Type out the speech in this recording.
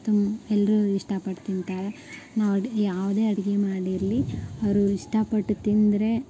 ತುಮ್ ಎಲ್ಲರೂ ಇಷ್ಟಪಟ್ಟು ತಿಂತಾರೆ ನಾವು ಅಡ್ಗೆ ಯಾವುದೇ ಅಡುಗೆ ಮಾಡಿರಲಿ ಅವರು ಇಷ್ಟಪಟ್ಟು ತಿಂದರೆ